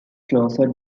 closer